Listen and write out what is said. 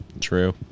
True